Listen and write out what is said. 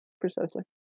Precisely